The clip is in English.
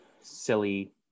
silly